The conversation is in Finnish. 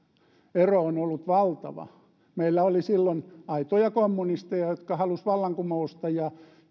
ero on ollut valtava meillä oli silloin aitoja kommunisteja jotka halusivat vallankumousta ja